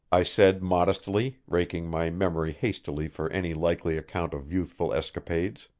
i said modestly, raking my memory hastily for any likely account of youthful escapades.